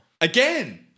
Again